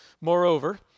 Moreover